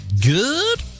Good